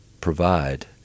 Provide